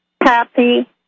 happy